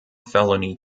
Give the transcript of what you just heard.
felony